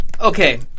Okay